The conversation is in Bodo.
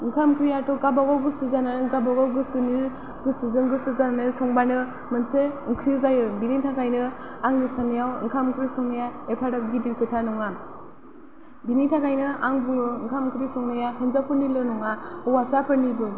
ओंखाम ओंख्रियाथ' गावबा गाव गोसो जानानै गावबा गाव गोसोनि गोसोजों गोसो जानानै संब्लानो मोनसे ओंख्रि जायो बिनि थाखायनो आंनि साननायाव ओंखाम ओंख्रि संनाया एफाग्राब गिदिर खोथा नङा बिनि थाखायनो आं बुङो ओंखाम ओंख्रि संनाया हिनजावफोरनिल' नङा हौवासाफोरनिबो